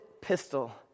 pistol